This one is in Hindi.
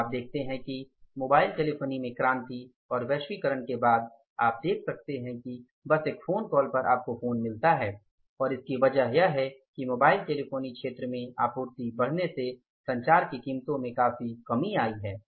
आज आप देखते हैं कि मोबाइल टेलीफोनी में क्रांति और वैश्वीकरण के बाद आप देखते हैं कि बस एक फोन कॉल पर आपको फोन मिलता है और इसकी वजह यह है कि मोबाइल टेलीफोनी क्षेत्र में आपूर्ति बढ़ने से संचार की कीमतों में काफी कमी आई है